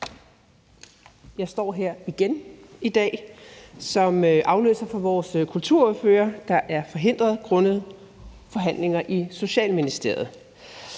Jeg står her igen i dag som afløser for vores kulturordfører, der er forhindret grundet forhandlinger i Socialministeriet.